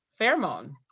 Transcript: Pheromone